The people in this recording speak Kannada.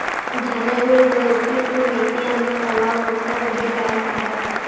ಧಾನ್ಯಗೊಳಿಂದ್ ಉಪ್ಪಿಟ್ಟು, ಮೇತಿ ಅನ್ನ, ಪಲಾವ್ ಮತ್ತ ಹುಗ್ಗಿ ತೈಯಾರ್ ಮಾಡ್ತಾರ್